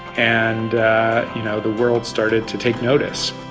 and you know the world started to take notice.